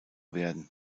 werden